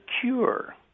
Cure